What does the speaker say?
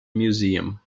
museum